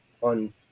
on